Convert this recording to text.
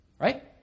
right